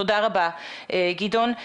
תודה רבה, גדעון.